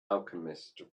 alchemist